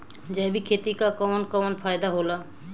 जैविक खेती क कवन कवन फायदा होला?